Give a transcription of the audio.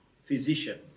physician